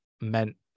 meant